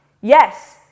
Yes